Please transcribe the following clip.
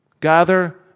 gather